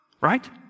right